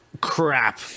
crap